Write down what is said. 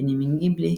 בנימין גיבלי,